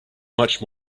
much